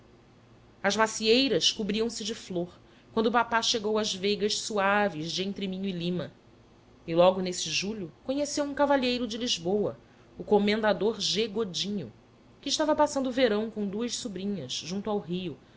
as macieiras cobriam se de flor quando o papá chagou às veigas suaves de entre minho e lima e logo nesse julho conheceu um cavalheiro de lisboa o comendador g godinho que estava passando o verão com duas sobrinhas junto ao rio